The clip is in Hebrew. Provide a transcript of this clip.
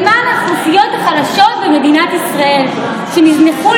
למען האוכלוסיות החלשות במדינת ישראל שנזנחו